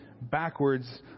backwards